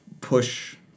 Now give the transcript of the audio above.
push